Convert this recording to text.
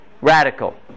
radical